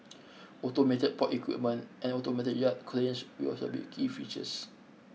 automated port equipment and automated yard cranes will also be key features